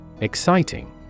Exciting